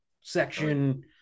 section